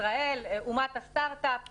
ישראל, אומת הסטרטאפ וכולי,